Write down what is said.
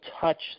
touch